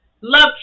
Love